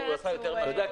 עמיר פרץ הוא --- אתה יודע,